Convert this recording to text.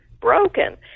broken